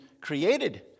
created